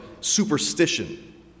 superstition